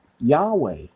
Yahweh